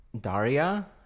daria